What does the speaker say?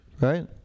Right